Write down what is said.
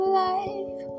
life